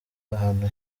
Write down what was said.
ahantu